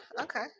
Okay